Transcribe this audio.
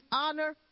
honor